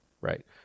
right